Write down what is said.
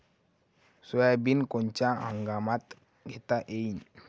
Soybean कोनच्या हंगामात घेता येईन?